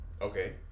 Okay